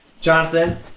Jonathan